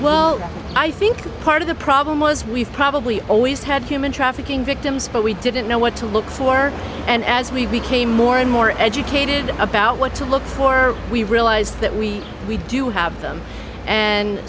well i think part of the problem was we've probably always had human trafficking victims but we didn't know what to look for and as we became more and more educated about what to look for we realized that we we do have them and